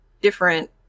different